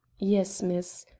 yes, miss.